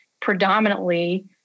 predominantly